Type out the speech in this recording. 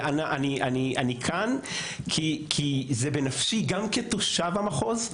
ואני כאן כי זה בנפשי גם כתושב המחוז.